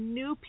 new